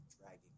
dragging